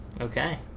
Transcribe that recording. Okay